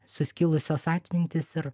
suskilusios atmintys ir